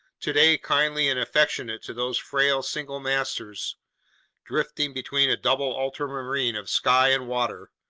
today kindly and affectionate to those frail single-masters drifting between a double ultramarine of sky and water,